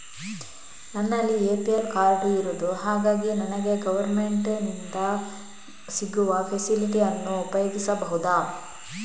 ನನ್ನಲ್ಲಿ APL card ಇರುದು ಹಾಗಾಗಿ ನನಗೆ ಗವರ್ನಮೆಂಟ್ ಇಂದ ಸಿಗುವ ಫೆಸಿಲಿಟಿ ಅನ್ನು ಉಪಯೋಗಿಸಬಹುದಾ?